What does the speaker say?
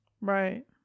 right